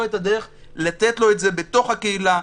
את הדרך לתת לו את זה בתוך הקהילה,